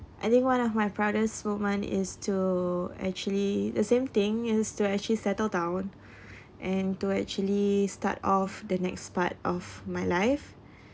I think one of my proudest moment is to actually the same thing is to actually settled down and to actually start of the next part of my life